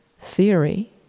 theory